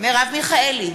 מרב מיכאלי,